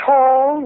Tall